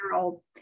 old